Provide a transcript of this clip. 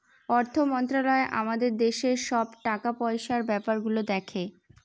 অর্থ মন্ত্রালয় আমাদের দেশের সব টাকা পয়সার ব্যাপার গুলো দেখে